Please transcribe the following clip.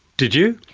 did you?